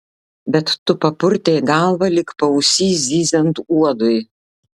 bet tu papurtei galvą lyg paausy zyziant uodui